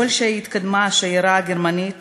ככל שהתקדמה השיירה הגרמנית,